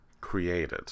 created